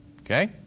Okay